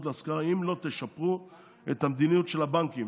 להשכרה אם לא תשפרו את המדיניות של הבנקים.